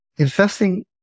Investing